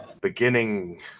beginning